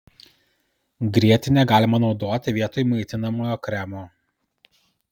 grietinę galima naudoti vietoj maitinamojo kremo